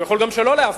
הוא יכול גם שלא להפחית,